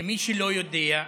למי שלא יודע,